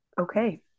Okay